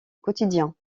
quotidiens